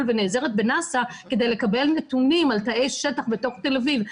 ונעזרת בנאס"א כדי לקבל נתונים על תאי שטח בתוך תל אביב.